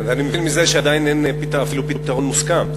אני מבין מזה שעדיין אין אפילו פתרון מוסכם,